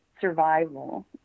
survival